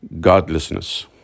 godlessness